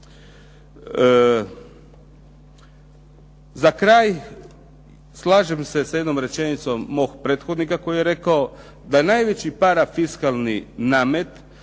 Za kraj slažem se sa jednom rečenicom mog prethodnika koji je rekao da najveći parafiskalni namet